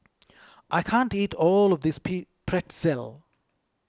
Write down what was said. I can't eat all of this Pretzel